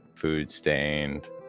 food-stained